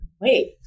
wait